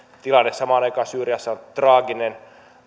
tilanne samaan aikaan syyriassa on traaginen